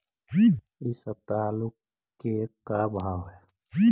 इ सप्ताह आलू के का भाव है?